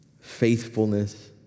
faithfulness